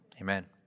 Amen